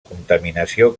contaminació